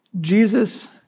Jesus